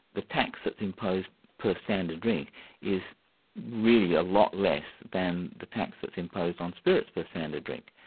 the tax that's imposed per standard drink is really a lot less than the tax that's imposed on spirits per standard drink.